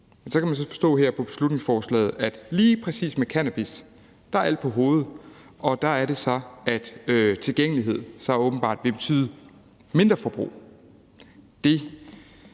Så kan man så forstå på beslutningsforslaget her, at lige præcis med hensyn til cannabis er alting vendt på hovedet, og der er det så sådan, at tilgængelighed åbenbart vil betyde et mindre forbrug.